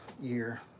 year